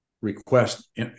request